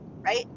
Right